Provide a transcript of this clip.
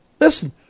Listen